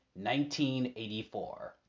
1984